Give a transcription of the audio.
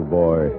boy